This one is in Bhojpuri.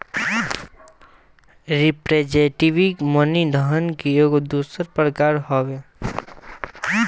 रिप्रेजेंटेटिव मनी धन के एगो दोसर प्रकार हवे